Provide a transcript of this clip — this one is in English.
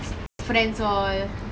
it's okay lah I think